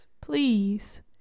please